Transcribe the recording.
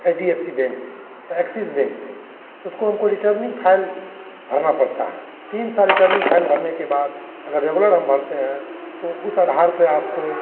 H D F C bank से या Axis bank से उसको हमको रिटर्निंग फाइल भरना पड़ता है तीन साल रिटर्निंग फाइल भरने के बाद अगर रेगुलड़ हम भरते हैं तो उस आधाड़ पर आपको